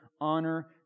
Honor